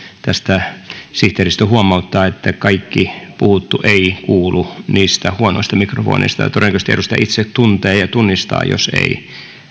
sihteeristö huomauttaa että kaikki puhuttu ei kuulu niistä huonoista mikrofoneista ja todennäköisesti edustaja itse tuntee ja tunnistaa jos ei